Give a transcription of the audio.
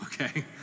okay